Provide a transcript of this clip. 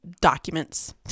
documents